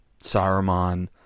Saruman